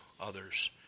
others